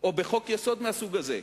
או בחוק-יסוד מהסוג הזה.